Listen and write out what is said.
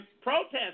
protest